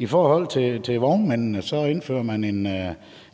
I forhold til vognmændene indfører man